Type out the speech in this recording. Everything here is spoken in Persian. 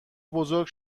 بزرگ